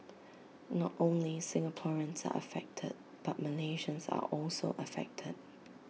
not only Singaporeans are affected but Malaysians are also affected